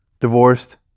divorced